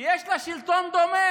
כי יש לה שלטון דומה.